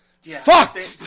Fuck